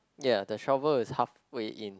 ya the shovel is halfway in